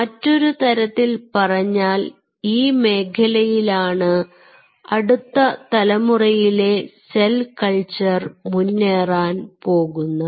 മറ്റൊരു തരത്തിൽ പറഞ്ഞാൽ ഈ മേഖലയിലാണ് അടുത്ത തലമുറയിലെ സെൽ കൾച്ചർ മുന്നേറാൻ പോകുന്നത്